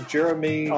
Jeremy